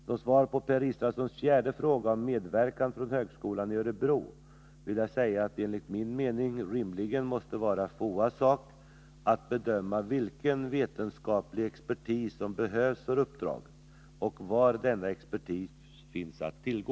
Som svar på Per Israelssons fjärde fråga om medverkan från högskolan i Örebro vill jag säga att det enligt min mening rimligen måste vara FOA:s sak att bedöma vilken vetenskaplig expertis som behövs för uppdraget och var denna expertis finns att tillgå.